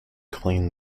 clean